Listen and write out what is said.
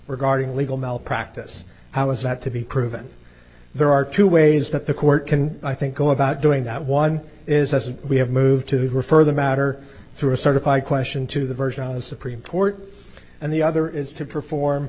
regarding legal malpractise how is that to be proven there are two ways that the court can i think go about doing that one is as we have moved to refer the matter through a certified question to the version of the supreme court and the other is to perform